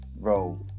bro